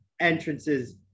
entrances